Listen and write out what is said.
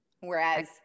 Whereas